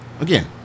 Again